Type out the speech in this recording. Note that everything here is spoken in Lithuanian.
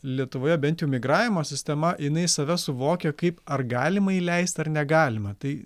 lietuvoje bent jau migravimo sistema jinai save suvokia kaip ar galima įleist ar negalima tai